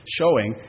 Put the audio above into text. showing